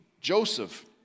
Joseph